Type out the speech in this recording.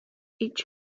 each